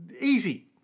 easy